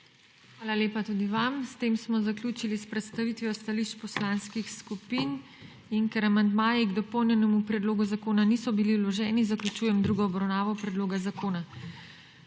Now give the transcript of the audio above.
Hvala lepa tudi vam. S tem smo zaključili s predstavitvijo stališč poslanskih skupin. Ker amandmaji k dopolnjenemu predlogu zakona niso bili vloženi, zaključujem drugo obravnavo predloga zakona.